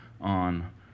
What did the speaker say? on